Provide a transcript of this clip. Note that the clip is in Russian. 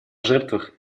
жертвах